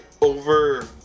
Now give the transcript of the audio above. over